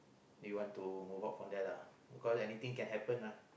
we want to move out from there lah cause anything get happen mah